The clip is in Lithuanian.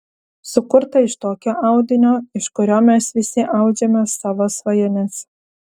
sukurta iš tokio audinio iš kurio mes visi audžiame savo svajones